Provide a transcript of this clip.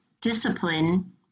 discipline